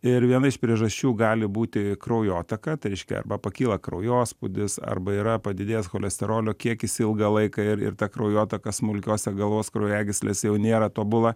ir viena iš priežasčių gali būti kraujotaka tai reiškia arba pakyla kraujospūdis arba yra padidėjęs cholesterolio kiekis ilgą laiką ir ir ta kraujotaka smulkiose galvos kraujagyslėse jau nėra tobula